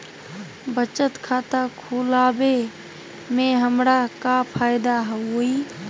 बचत खाता खुला वे में हमरा का फायदा हुई?